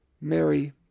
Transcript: Mary